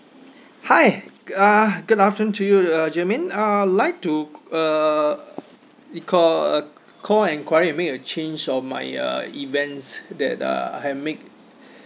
hi uh good afternoon to you uh germaine uh like to uh we call uh call enquiry and make a change on my uh events that uh I have make